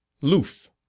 Loof